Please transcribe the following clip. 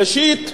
ראשית,